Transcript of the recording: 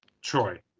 Troy